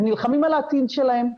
הם נלחמים על העתיד שלהם,